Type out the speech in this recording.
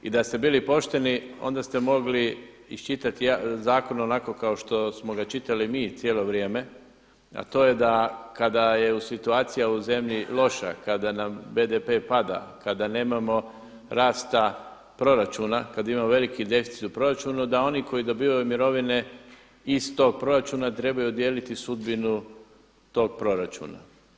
I da ste bili pošteni onda ste mogli iščitati zakon kao što smo ga čitali mi cijelo vrijeme, a to je da kada je u situacija u zemlji loša, kada nam BDP pada, kada nemamo rasta proračuna, kada imamo veliki deficit u proračunu da oni koji dobivaju mirovine iz tog proračuna trebaju dijeliti sudbinu tog proračuna.